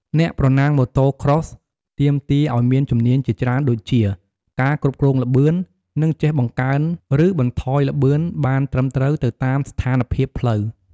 អ្នកប្រណាំង Motocross ទាមទារឲ្យមានជំនាញជាច្រើនដូចជា ការគ្រប់គ្រងល្បឿន និងចេះបង្កើនឬបន្ថយល្បឿនបានត្រឹមត្រូវទៅតាមស្ថានភាពផ្លូវ។